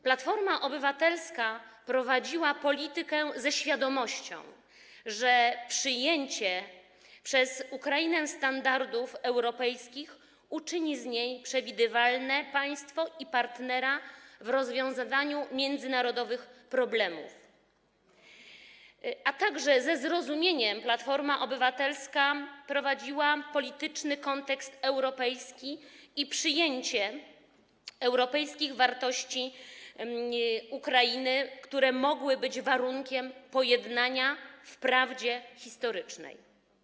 Platforma Obywatelska prowadziła politykę ze świadomością, że przyjęcie przez Ukrainę standardów europejskich uczyni z niej przewidywalne państwo i partnera w rozwiązywaniu międzynarodowych problemów, a także ze zrozumieniem, że polityczny kontekst europejski i przyjęcie europejskich wartości, jeżeli chodzi o Ukrainę, mogłoby być warunkiem pojednania w prawdzie historycznej.